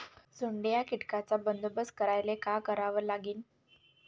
सोंडे या कीटकांचा बंदोबस्त करायले का करावं लागीन?